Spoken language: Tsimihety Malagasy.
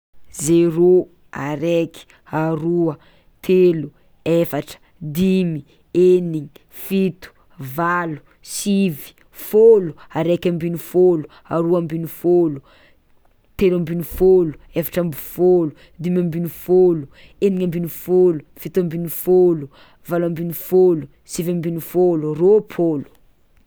Zero, araiky, aroa, telo, efatra, dimy, eniny, fito, valo, sivy, fôlo, araika ambin'ny fôlo, telo ambin'ny fôlo, dimy ambin'ny fôlo, eniny ambin'ny fôlo, fito ambin'ny fôlo, valo ambin'ny fôlo, sivy ambin'ny fôlo, rôpôlo.